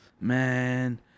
man